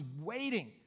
waiting